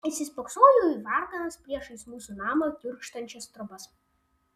įsispoksojau į varganas priešais mūsų namą kiurksančias trobas